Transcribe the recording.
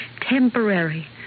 temporary